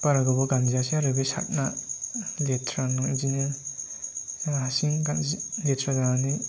बारा गोबाव गानजायासै आरो बे सार्टना लेथ्रा इदिनो हारसिं लेथ्रा जानानै